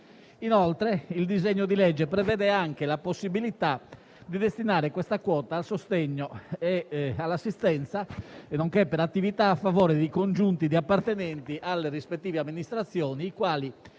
Inoltre, il disegno di legge prevede anche la possibilità di destinare questa quota al sostegno e all'assistenza, nonché per attività a favore di congiunti di appartenenti alle rispettive amministrazioni, i quali